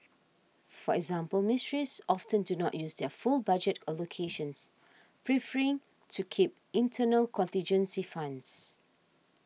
for example ministries often do not use their full budget allocations preferring to keep internal contingency funds